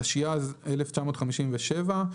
התשי"ז-1957 ,